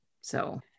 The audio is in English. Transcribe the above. So-